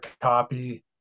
copy